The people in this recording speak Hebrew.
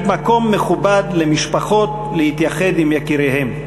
מקום מכובד למשפחות להתייחד עם זכר יקיריהן.